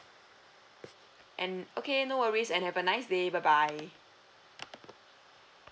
and okay no worries and have a nice day bye bye